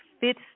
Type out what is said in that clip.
fifth